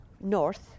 north